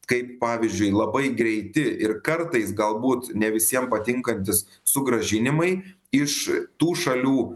kaip pavyzdžiui labai greiti ir kartais galbūt ne visiem patinkantys sugrąžinimai iš tų šalių